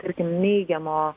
tarkim neigiamo